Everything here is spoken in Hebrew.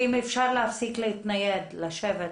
נקודה.